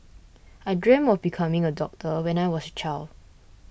I dreamt of becoming a doctor when I was a child